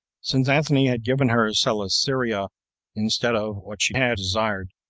since antony had given her celesyria instead of what she had desired